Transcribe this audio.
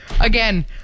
Again